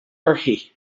uirthi